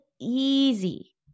easy